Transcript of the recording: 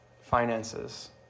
finances